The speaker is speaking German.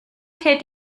tät